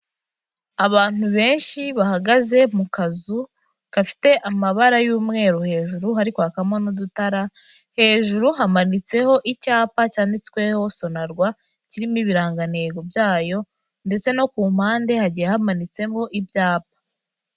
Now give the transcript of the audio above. Abantu benshi bahagaze mu kazu gafite amabara y'umweru hejuru, hari hakamo n'udutara, hejuru hamanitseho icyapa cyanditsweho SONARWA, kirimo ibirangantego byayo ndetse no ku mpande hagiye hamanitsemo ibyapa.